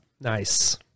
Nice